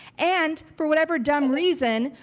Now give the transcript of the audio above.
and for whatever dumb reason,